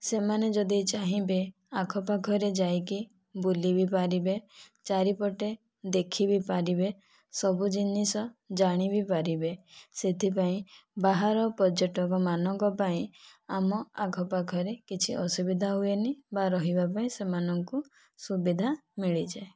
ସେମାନେ ଯଦି ଚାହିଁବେ ଆଖପାଖରେ ଯାଇକି ବୁଲି ବି ପାରିବେ ଚାରିପଟେ ଦେଖି ବି ପାରିବେ ସବୁ ଜିନିଷ ଜାଣି ବି ପାରିବେ ସେଥିପାଇଁ ବାହାର ପର୍ଯ୍ୟଟକମାନଙ୍କ ପାଇଁ ଆମ ଆଖପାଖରେ କିଛି ଅସୁବିଧା ହୁଏନି ବା ରହିବା ପାଇଁ ସେମାନଙ୍କୁ ସୁବିଧା ମିଳିଯାଏ